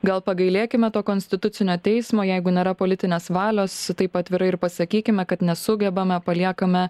gal pagailėkime to konstitucinio teismo jeigu nėra politinės valios taip atvirai ir pasakykime kad nesugebame paliekame